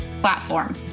platform